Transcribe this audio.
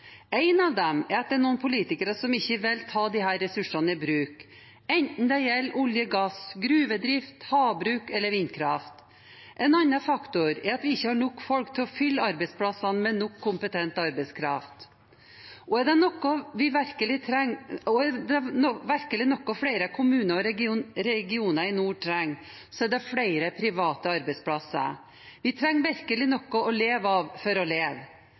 Én av dem er at det er noen politikere som ikke vil at vi skal ta disse ressursene i bruk, enten det gjelder olje, gass, gruvedrift, havbruk eller vindkraft. En annen faktor er at vi ikke har nok folk til å fylle arbeidsplassene med kompetent arbeidskraft. Er det noe flere kommuner og regioner i nord virkelig trenger, er det flere private arbeidsplasser. Vi trenger noe å leve av for å leve.